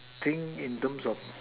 think in terms of